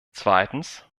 zweitens